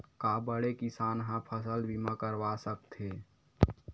का बड़े किसान ह फसल बीमा करवा सकथे?